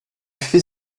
fait